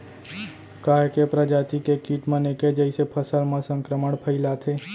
का ऐके प्रजाति के किट मन ऐके जइसे फसल म संक्रमण फइलाथें?